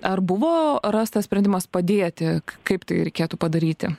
ar buvo rastas sprendimas padėti kaip tai reikėtų padaryti